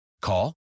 Call